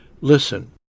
Listen